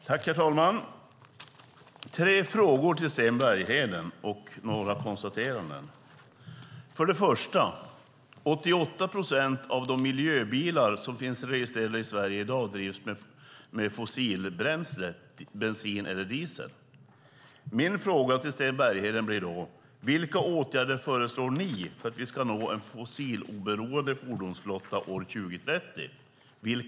Herr talman! Jag har tre frågor och några konstateranden till Sten Bergheden. 88 procent av de miljöbilar som finns registrerade i Sverige i dag drivs med fossilbränsle, bensin eller diesel. Vilka åtgärder föreslår ni för att vi ska nå en fossiloberoende fordonsflotta år 2030?